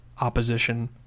opposition